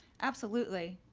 absolutely,